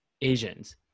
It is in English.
Asians